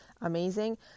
amazing